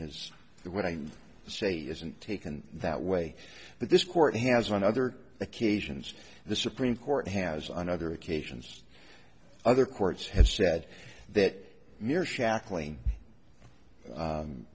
the what i say isn't taken that way but this court has on other occasions the supreme court has on other occasions other courts have said that